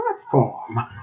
platform